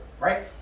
right